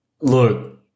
Look